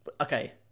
okay